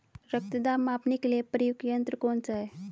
रक्त दाब मापने के लिए प्रयुक्त यंत्र कौन सा है?